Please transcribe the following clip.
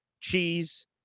cheese